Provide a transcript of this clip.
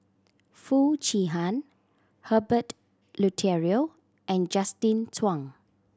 Foo Chee Han Herbert Eleuterio and Justin Zhuang